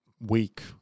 week